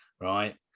right